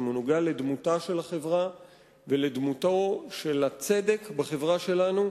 הוא נוגע לדמותה של החברה ולדמותו של הצדק בחברה שלנו.